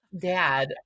dad